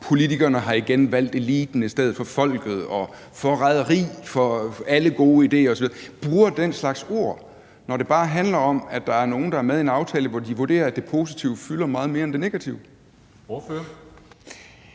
politikerne igen har valgt eliten i stedet for folket, forræderi mod alle gode idéer osv., altså bruger den slags ord, når det bare handler om, at der er nogle, der er med i en aftale, hvor de vurderer, at det positive fylder meget mere end det negative? Kl.